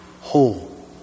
whole